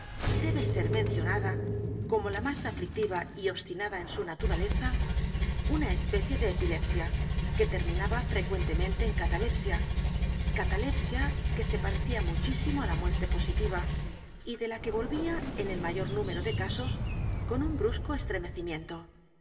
debe ser mencionada como la más aflictiva y obstinada en su naturaleza una especie de epilepsia que terminaba frecuentemente en catalepsia catalepsia que se parecía muchísimo á la muerte positiva y de la que volvía en el mayor mímero de casos con u n brusco estremecimiento